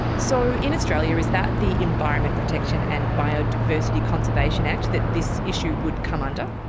so in australia is that the environment protection and biodiversity conservation act that this issue would come under?